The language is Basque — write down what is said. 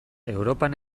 europan